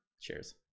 Cheers